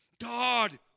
God